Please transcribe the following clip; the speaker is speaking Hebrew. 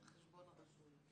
על חשבון הרשויות.